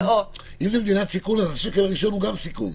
אם זו מדינת סיכון אז השקל הראשון הוא גם סיכון.